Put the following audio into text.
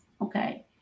okay